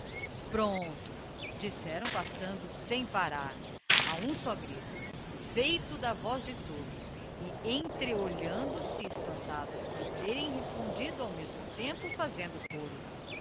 prompto disseram passando sem parar a um só grito feito da voz de todos e entreolhandose espantados por terem respondido ao mesmo tempo fazendo coro